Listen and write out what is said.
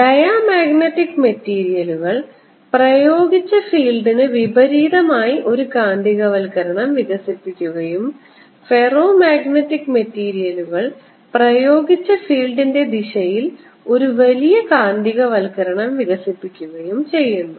diamagnetic മെറ്റീരിയലുകൾ പ്രയോഗിച്ച ഫീൽഡിന് വിപരീതമായി ഒരു കാന്തികവൽക്കരണം വികസിപ്പിക്കുകയും ഫെറോമാഗ്നറ്റിക് മെറ്റീരിയലുകൾ പ്രയോഗിച്ച ഫീൽഡിന്റെ ദിശയിൽ ഒരു വലിയ കാന്തികവൽക്കരണം വികസിപ്പിക്കുകയും ചെയ്യുന്നു